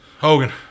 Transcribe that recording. Hogan